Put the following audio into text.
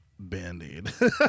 band-aid